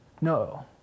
No